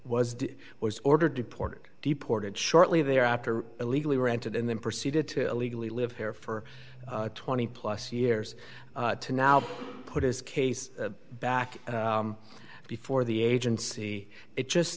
it was ordered deported deported shortly there after illegally rented and then proceeded to illegally live here for twenty plus years to now put his case back before the agency it just